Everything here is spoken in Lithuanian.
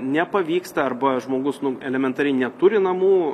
nepavyksta arba žmogus nu elementariai neturi namų